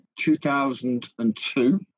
2002